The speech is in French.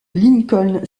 lincoln